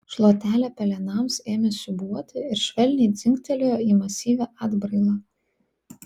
šluotelė pelenams ėmė siūbuoti ir švelniai dzingtelėjo į masyvią atbrailą